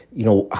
you know,